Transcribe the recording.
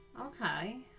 Okay